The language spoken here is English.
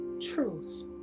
truth